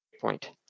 point